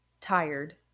tired